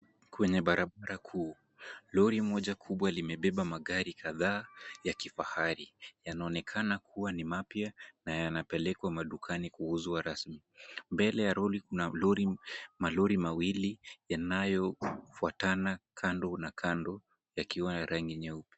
Kwenye barabara kuu lori moja kubwa limebeba magari kadhaa yakifahari. Yanaonekana kuwa ni mapya na yanapelekwa madukani kuuzwa rasmi. Mbele ya lori kuna malori mawili yanayo fwatana kando na kando yakiwa ya rangi nyeupe.